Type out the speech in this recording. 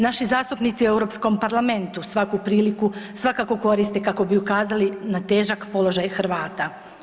Naši zastupnici u Europskom parlamentu svaku priliku svakako koriste kako bi ukazali na težak položaj Hrvata.